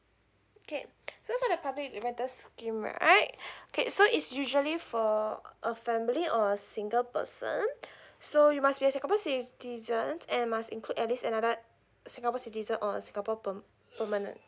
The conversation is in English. okay so for the public rental scheme right okay so it's usually for a family or a single person so you must be a singapore citizen and must include at least another singapore citizen or singapore perm~ permanent